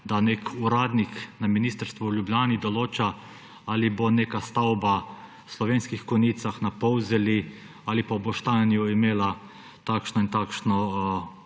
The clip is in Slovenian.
da nek uradnik na ministrstvu v Ljubljani določa, ali bo neka stavba v Slovenskih Konjicah, na Polzeli ali pa v Boštanju imela takšno in takšno